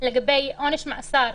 לגבי עונש מאסר